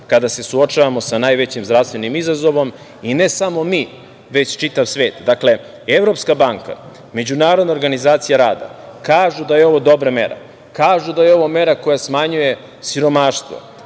kada se suočavamo sa najvećim zdravstvenim izazovom i ne samo mi, već čitav svet. Dakle, Evropska banka, Međunarodna organizacija rada kažu da je ovo dobra mera, kažu da je ovo mera koja smanjuje siromaštvo,